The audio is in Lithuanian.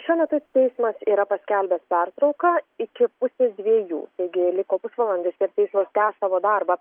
šiuo metu teismas yra paskelbęs pertrauką iki pusės dviejų taigi liko pusvalandis ir teismas tęs savo darbą